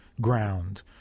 ground